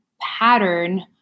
pattern